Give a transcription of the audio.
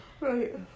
Right